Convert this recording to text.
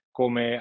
come